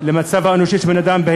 למצב האנושי של בן-אדם,